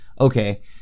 Okay